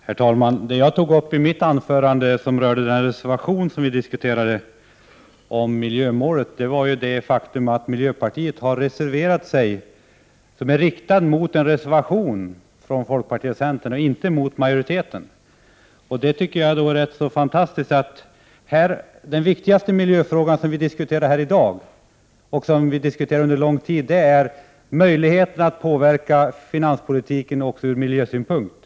Herr talman! Det jag tog upp i mitt anförande som gällde miljömålet var det faktum att miljöpartiet har en reservation, som är riktad mot en reservation från folkpartiet och centern, inte mot majoriteten. Den viktigaste miljöfråga som vi har diskuterat i dag och under lång tid är möjligheterna att påverka finanspolitiken också ur miljösynpunkt.